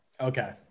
Okay